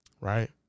right